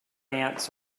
ants